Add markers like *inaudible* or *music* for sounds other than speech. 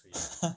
*breath* *laughs*